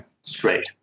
straight